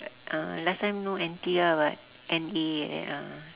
uh last time no N_T ah but N_A like that ah